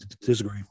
disagree